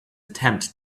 attempt